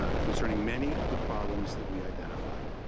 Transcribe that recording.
ah concerning many of the problems that we identified.